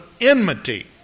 enmity